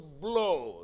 blood